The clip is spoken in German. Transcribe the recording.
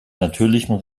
natürlichen